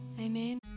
Amen